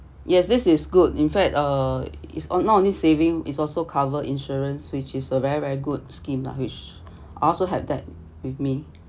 yes this is good in fact uh is not only saving is also covered insurance which is a very very good scheme lah which I also have that with me